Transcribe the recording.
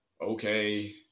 okay